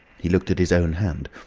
he looked at his own hand.